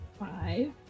Five